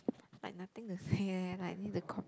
like nothing to say eh like need to call